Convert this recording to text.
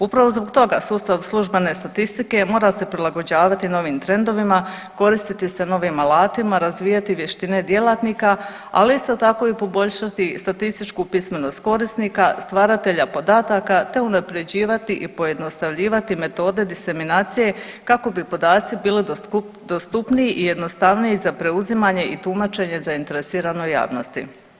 Upravo zbog toga sustav službene statistike mora se prilagođavati novim trendovima, koristiti se novim alatima, razvijati vještine djelatnika, ali isto tako i poboljšati statističku pismenost korisnika, stvaratelja podataka, te unaprjeđivati i pojednostavljivati metode diseminacije kako bi podaci bili dostupniji i jednostavniji za preuzimanje i tumačenje zainteresiranoj javnosti.